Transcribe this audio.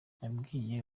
yabwiye